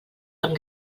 amb